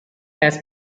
has